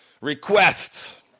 requests